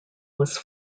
was